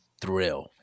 thrill